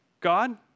God